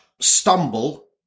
stumble